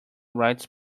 writes